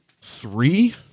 Three